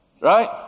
right